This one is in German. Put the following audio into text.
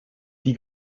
die